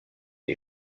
les